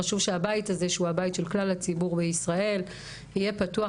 חשוב שהבית הזה שהוא הבית של כלל הציבור בישראל יהיה פתוח